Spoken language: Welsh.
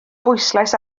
bwyslais